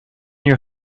your